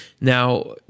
Now